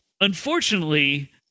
Unfortunately